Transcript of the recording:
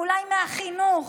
אולי מהחינוך?